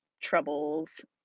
troubles